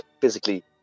physically